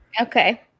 okay